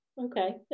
okay